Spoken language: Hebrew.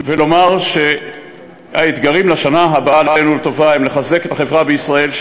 ולומר שהאתגרים לשנה הבאה עלינו לטובה הם לחזק את החברה בישראל,